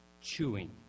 chewing